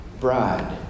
bride